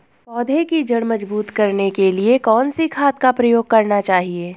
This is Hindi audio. पौधें की जड़ मजबूत करने के लिए कौन सी खाद का प्रयोग करना चाहिए?